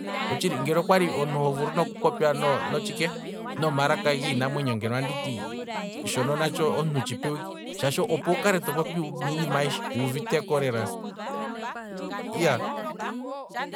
Otshili ngele okwali omuntu ho vulu noku popya no- notshike, nomalaka giinamwenyo ngeno anditi, shono natsho omuntu tshi pewa ike, opo wukale to popi niinima yaishe wuuviteko lela, iyaaa.